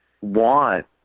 want